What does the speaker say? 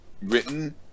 written